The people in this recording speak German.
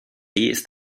ist